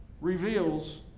reveals